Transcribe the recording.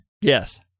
Yes